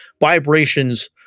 vibrations